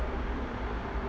ya